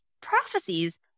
prophecies